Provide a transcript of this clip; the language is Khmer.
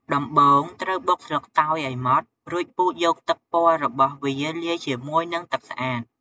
ដំបូងត្រូវបុកស្លឹកតើយឲ្យម៉ដ្ឋ រួចពូតយកទឹកពណ៌របស់វាលាយជាមួយនិងទឹកស្អាត។